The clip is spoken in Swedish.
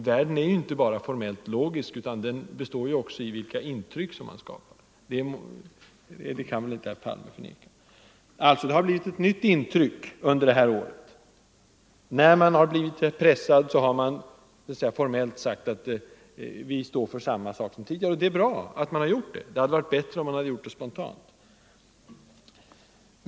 Världen är inte bara formellt logisk utan dömer också efter det intryck som skapas. Man har alltså givit ett nytt intryck det här året. När man sedan blivit pressad har man formellt sagt: ”Vi står för samma sak som tidigare.” Det är bra, men det hade varit bättre om man hade gjort det spontant.